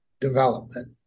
development